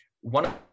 one